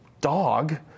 dog